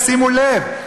שימו לב,